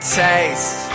taste